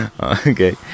Okay